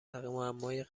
معمای